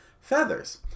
feathers